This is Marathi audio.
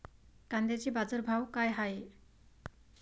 कांद्याचे बाजार भाव का हाये?